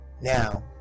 Now